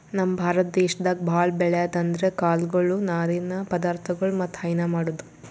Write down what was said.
ನಮ್ ಭಾರತ ದೇಶದಾಗ್ ಭಾಳ್ ಬೆಳ್ಯಾದ್ ಅಂದ್ರ ಕಾಳ್ಗೊಳು ನಾರಿನ್ ಪದಾರ್ಥಗೊಳ್ ಮತ್ತ್ ಹೈನಾ ಮಾಡದು